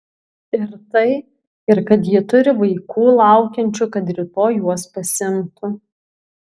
ir tai ir kad ji turi vaikų laukiančių kad rytoj juos pasiimtų